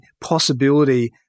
possibility